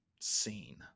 seen